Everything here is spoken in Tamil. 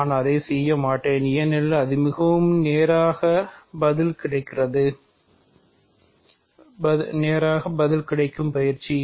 நான் அதை செய்ய மாட்டேன் ஏனென்றால் அது மிகவும் நேராக பதில் கிடைக்கும் பயிற்சி